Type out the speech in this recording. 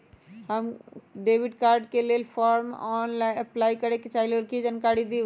हम debit card के लेल फॉर्म अपलाई करे के चाहीं ल ओकर जानकारी दीउ?